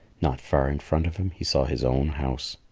not far in front of him he saw his own house.